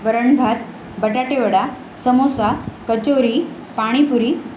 वरणभात बटाटेवडा समोसा कचोरी पाणीपुरी